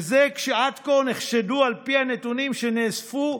וזה כשעד כה נחשדו, על פי הנתונים שנאספו,